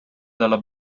della